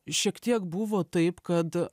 šiek tiek buvo taip kad